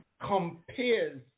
compares